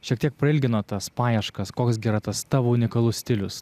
šiek tiek prailgino tas paieškas koks gi yra tas tavo unikalus stilius